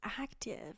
active